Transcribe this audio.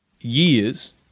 Years